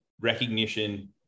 recognition